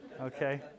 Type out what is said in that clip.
okay